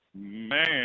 Man